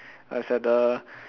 uh is at the